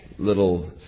little